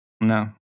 No